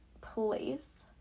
place